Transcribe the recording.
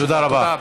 תודה רבה.